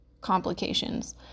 complications